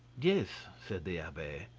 yes, said the abbe,